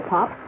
Pop